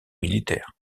militaire